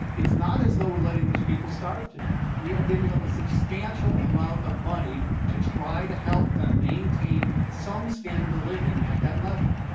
it's not as though we're letting those people starve to death. we are giving them a substantial amount of money to try to help them maintain some standard of living at that level.